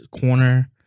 corner